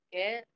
Okay